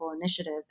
initiative